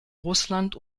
russland